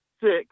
six